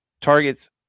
targets